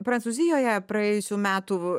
prancūzijoje praėjusių metų